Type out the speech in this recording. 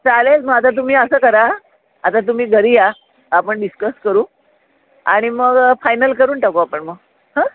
चालेल मग आता तुम्ही असं करा आता तुम्ही घरी या आपण डिस्कस करू आणि मग फायनल करून टाकू आपण मग हं